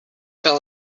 fell